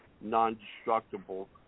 non-destructible